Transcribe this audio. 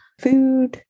food